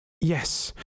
Yes